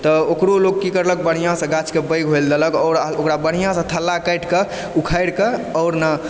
तऽ ओकरो लोक कि करलक बढ़िऑंसँ गाछके पैघ होइल देलक आओर ओकरा बढ़िऑंसँ थल्ला काटि कऽ उखारि कऽ आओर ने